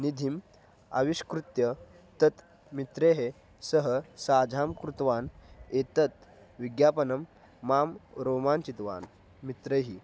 निधिम् आविष्कृत्य तत् मित्रैः सह साझां कृतवान् एतत् विज्ञापनं मां रोमाञ्चितवान् मित्रैः